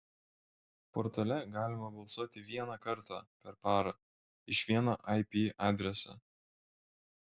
portale galima balsuoti vieną kartą per parą iš vieno ip adreso